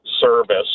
service